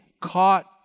caught